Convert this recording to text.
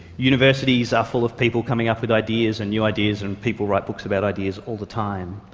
universities are full of people coming up with ideas and new ideas, and people write books about ideas all the time.